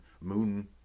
Moon